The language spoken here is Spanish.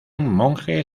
monje